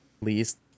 least